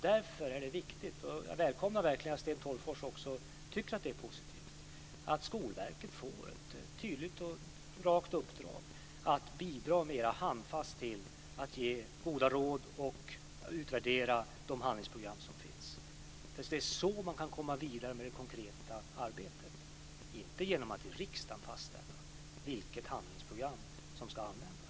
Därför är det viktigt - jag välkomnar verkligen att Sten Tolgfors också tycker att det är positivt - att Skolverket får ett tydligt och rakt uppdrag att bidra mera handfast till att ge goda råd och utvärdera de handlingsprogram som finns. Det är så man kan komma vidare med det konkreta arbetet - inte med att i riksdagen fastställa vilket handlingsprogram som ska användas.